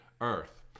earth